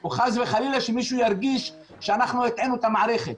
או חס וחלילה שמישהו ירגיש שאנחנו הטעינו את המערכת.